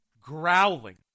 growling